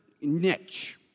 niche